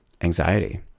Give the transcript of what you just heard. anxiety